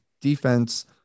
defense